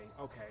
okay